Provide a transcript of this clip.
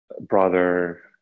brother